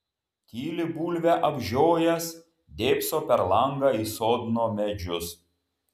tyli bulvę apžiojęs dėbso per langą į sodno medžius